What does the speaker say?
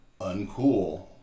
uncool